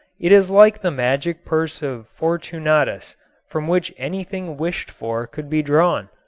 it is like the magic purse of fortunatus from which anything wished for could be drawn.